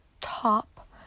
top